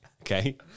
okay